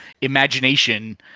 imagination